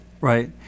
Right